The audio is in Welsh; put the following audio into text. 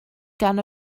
gan